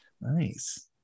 Nice